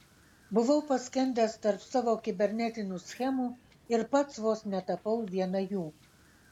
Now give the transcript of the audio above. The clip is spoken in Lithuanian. buvau paskendęs tarp savo kibernetinių schemų ir pats vos netapau viena jų